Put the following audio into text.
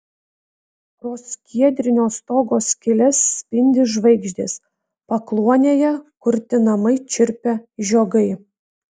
pro skiedrinio stogo skyles spindi žvaigždės pakluonėje kurtinamai čirpia žiogai